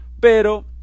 pero